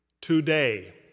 today